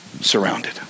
surrounded